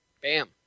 Bam